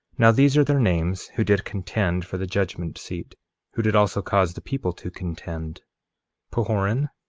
now these are their names who did contend for the judgment-seat, who did also cause the people to contend pahoran,